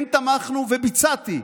כן תמכנו, וביצעתי,